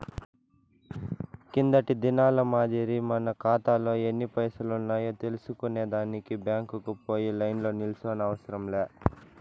కిందటి దినాల మాదిరి మన కాతాలో ఎన్ని పైసలున్నాయో తెల్సుకునే దానికి బ్యాంకుకు పోయి లైన్లో నిల్సోనవసరం లే